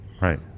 Right